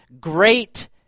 great